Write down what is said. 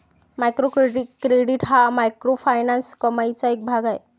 micro credit हा microfinance कमाईचा एक भाग आहे